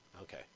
Okay